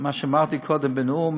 מה שאמרתי קודם בנאום,